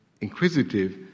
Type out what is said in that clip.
inquisitive